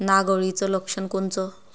नाग अळीचं लक्षण कोनचं?